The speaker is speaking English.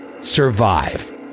survive